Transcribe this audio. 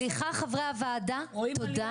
סליחה חברי הוועדה, תודה.